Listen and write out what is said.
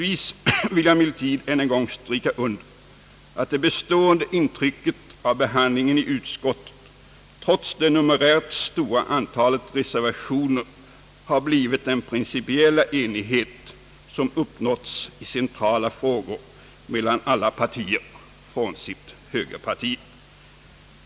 Jag vill emellertid än en gång stryka under att det bestående intrycket av behandlingen i utskottet, trots det numerärt stora antalet reservationer, har blivit den principiella enighet som uppnåtts i centrala frågor mellan alla partier frånsett högerpartiet.